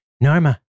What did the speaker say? Norma